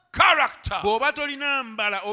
character